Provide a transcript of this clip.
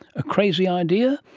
a crazy idea?